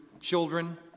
children